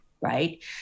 right